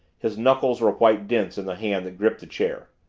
his knuckles were white dints in the hand that gripped the chair.